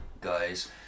guys